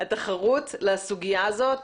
התחרות לסוגיה הזאת,